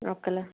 ఓకేలే